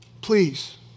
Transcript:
please